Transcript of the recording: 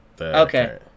Okay